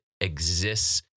exists